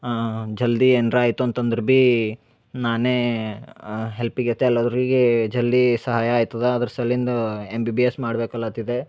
ಜಲ್ದಿ ಏನಾರ ಆಯಿತು ಅಂತ ಅಂದ್ರ ಬೀ ನಾನೇ ಹೆಲ್ಫಿಗೆ ಇರ್ತ ಎಲ್ಲವರಿಗೆ ಜಲ್ದಿ ಸಹಾಯ ಆಯ್ತದ ಅದ್ರ ಸಲಿಂದ ಎಮ್ ಬಿ ಬಿ ಎಸ್ ಮಾಡ್ಬೇಕು ಅನ್ಲತಿದ್ದೆ